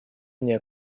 мне